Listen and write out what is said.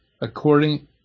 according